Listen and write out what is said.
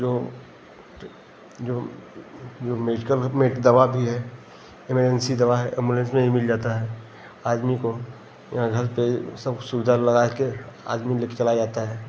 जो जो जो मेडिकल है दवा भी है एमर्जेंसी दवा है एम्बुलेंस में ही मिल जाता है आदमी को यहाँ घर पर सब सुविधा लगा कर आदमी लेके चला जाता है